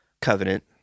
covenant